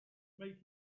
make